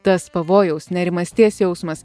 tas pavojaus nerimasties jausmas